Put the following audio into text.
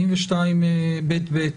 42ב(ב),